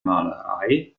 malerei